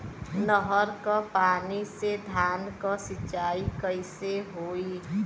नहर क पानी से धान क सिंचाई कईसे होई?